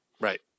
Right